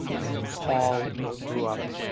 and paul grew up